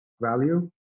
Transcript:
value